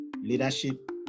leadership